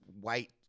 white